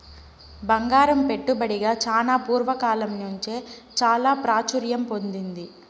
బంగారం పెట్టుబడిగా చానా పూర్వ కాలం నుంచే చాలా ప్రాచుర్యం పొందింది